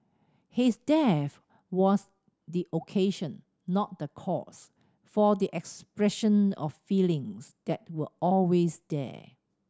his death was the occasion not the cause for the expression of feelings that were always there